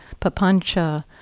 papancha